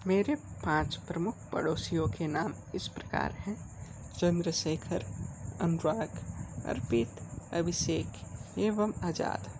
मेरे पाँच प्रमुख पड़ोसियों के नाम इस प्रकार हैँ चन्द्रशेखर अनुराग अर्पित अभिषेक एवम आज़ाद